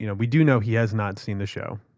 you know we do know he has not seen the show.